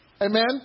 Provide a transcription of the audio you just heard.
Amen